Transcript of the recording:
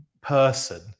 person